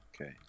Okay